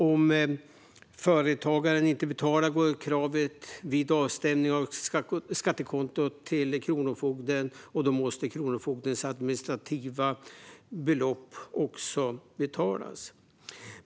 Om företagaren inte betalar går kravet vid avstämning av skattekontot till Kronofogden, och då måste Kronofogdens administrativa avgift också betalas.